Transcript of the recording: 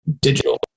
digital